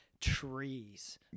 trees